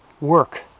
work